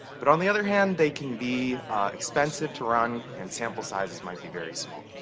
but on the other hand, they can be expensive to run, and sample sizes might be very small.